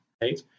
right